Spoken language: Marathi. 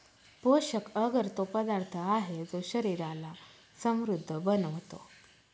पोषक अगर तो पदार्थ आहे, जो शरीराला समृद्ध बनवतो